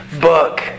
book